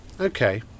okay